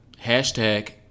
hashtag